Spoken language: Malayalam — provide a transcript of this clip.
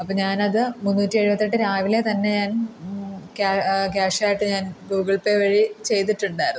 അപ്പം ഞാൻ അത് മുന്നൂറ്റി എഴുപത്തെട്ട് രാവിലെ തന്നെ ഞാൻ ക്യാഷ് ആയിട്ട് ഞാൻ ഗൂഗിൾ പേ വഴി ചെയ്തിട്ടുണ്ടായിരുന്നു